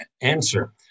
answer